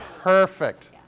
Perfect